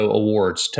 awards